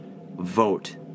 vote